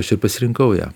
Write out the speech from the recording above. aš ir pasirinkau ją